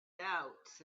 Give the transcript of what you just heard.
doubts